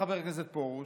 חבר הכנסת פרוש,